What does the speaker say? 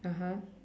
(uh huh)